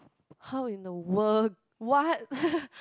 how in the world what